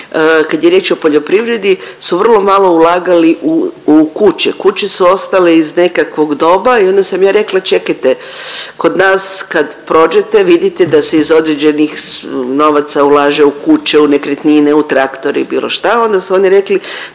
kad je riječ o poljoprivredi, su vrlo malo ulagali u kuće. Kuće su ostale iz nekakvog doba i onda sam je rekla čekajte kod nas kad prođete vidite da se iz određenih novaca ulaže u kuće, u nekretnine, u traktore u bilo šta onda su oni rekli